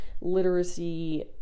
literacy